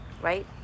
right